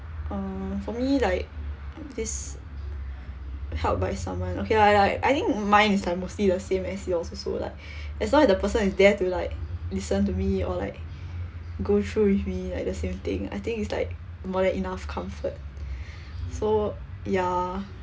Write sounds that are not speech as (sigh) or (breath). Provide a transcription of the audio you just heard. uh for me like this (breath) help by someone okay lah like I think mine is like mostly the same as yours also like (breath) as long as the person is there to like listen to me or like (breath) go through with me like the same thing I think it's like more than enough comfort (breath) so ya